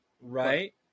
right